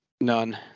none